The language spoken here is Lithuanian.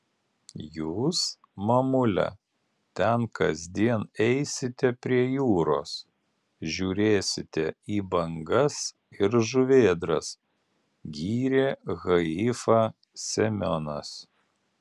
jūs mamule ten kasdien eisite prie jūros žiūrėsite į bangas ir žuvėdras gyrė haifą semionas